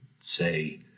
say